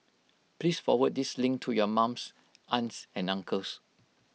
please forward this link to your mums aunts and uncles